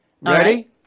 Ready